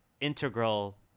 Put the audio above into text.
integral